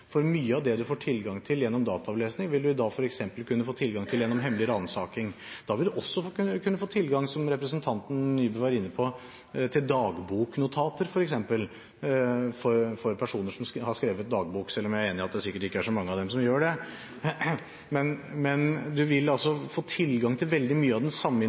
for mye av det en får tilgang til ved dataavlesing, vil en da kunne få tilgang til gjennom f.eks. hemmelig ransaking. Da vil en også kunne få tilgang til – som representanten Nybø var inne på – f.eks. dagboknotatene til personer som har skrevet dagbok, selv om jeg er enig i at det sikkert ikke er så mange av dem som gjør det. Men en vil få tilgang til veldig mye av den samme